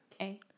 okay